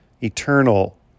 eternal